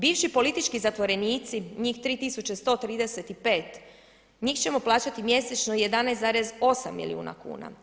Bivši politički zatvorenici, njih 3135, njih ćemo plaćati mjesečno 11,8 milijuna kuna.